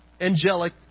angelic